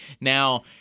Now